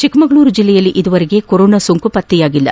ಚಿಕ್ಕಮಗಳೂರು ಜಿಲ್ಲೆಯಲ್ಲಿ ಇದುವರೆಗೆ ಕೊರೊನಾ ಸೋಂಕು ಪತ್ತೆಯಾಗಿಲ್ಲ